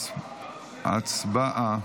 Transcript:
הצבעה.